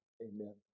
Amen